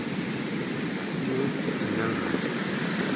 news ᱪᱮᱱᱮᱞᱨᱮ